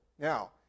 Now